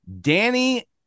Danny